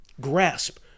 Grasp